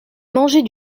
manger